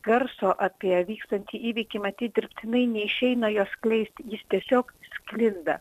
garso apie vykstantį įvykį matyt dirbtinai neišeina jo skleisti jis tiesiog sklinda